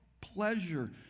pleasure